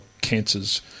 cancers